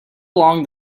along